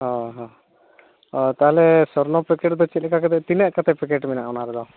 ᱦᱮᱸ ᱦᱮᱸ ᱚᱻ ᱛᱟᱦᱚᱞᱮ ᱥᱚᱨᱱᱚ ᱯᱮᱠᱮᱴ ᱫᱚ ᱪᱮᱫ ᱞᱮᱠᱟ ᱠᱟᱛᱮᱫ ᱞᱮᱠᱟ ᱛᱤᱱᱟᱹᱜ ᱠᱟᱛᱮᱫ ᱯᱮᱠᱮᱴ ᱢᱮᱱᱟᱜᱼᱟ ᱚᱱᱟ ᱨᱮᱫᱚ